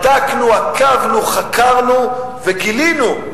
בדקנו, עקבנו, חקרנו וגילינו,